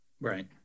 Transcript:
Right